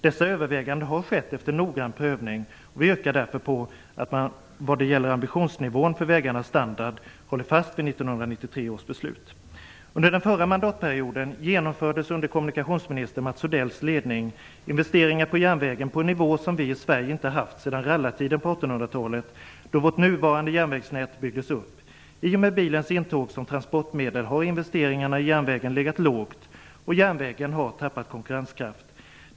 Dessa överväganden har skett efter noggrann prövning, och vi yrkar därför på att man vad gäller ambitionsnivån för vägarnas standard håller fast vid Under den förra mandatperioden genomfördes under kommunikationsminister Mats Odells ledning investeringar på järnvägen på en nivå som vi i Sverige inte haft sedan rallartiden på 1800-talet, då vårt nuvarande järnvägsnät byggdes ut. I och med bilens intåg som transportmedel har investeringarna i järnvägen legat lågt, och järnvägen har tappat konkurrenskraft.